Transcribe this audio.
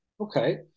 Okay